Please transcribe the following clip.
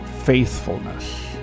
faithfulness